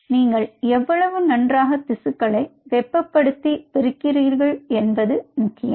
நீங்கள் எவ்வளவு நன்றாக திசுக்களை வெப்பப்படுத்தி பிரிக்கிறீர்கள் என்பது முக்கியம்